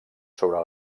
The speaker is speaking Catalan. sobre